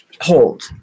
hold